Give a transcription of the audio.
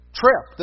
trip